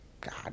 God